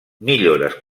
millores